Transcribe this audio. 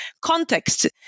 context